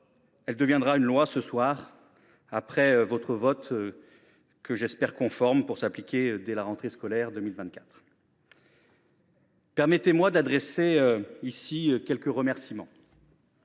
Elle deviendra une loi, ce soir, après votre vote que j’espère conforme, pour s’appliquer dès la rentrée scolaire 2024. Permettez moi d’adresser ici quelques remerciements.